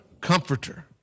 comforter